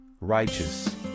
righteous